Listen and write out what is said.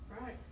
Right